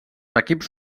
equips